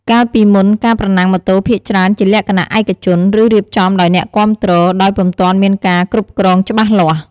កាលពីមុន ការប្រណាំងម៉ូតូភាគច្រើនជាលក្ខណៈឯកជន ឬរៀបចំដោយអ្នកគាំទ្រ ដោយពុំទាន់មានការគ្រប់គ្រងច្បាស់លាស់។